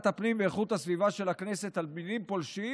הפנים ואיכות הסביבה של הכנסת על מינים פולשים.